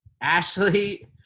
Ashley